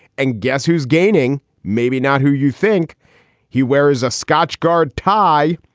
and guess who's gaining? maybe not who. you think he wears a scotchgard tie?